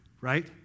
right